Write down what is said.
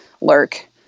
lurk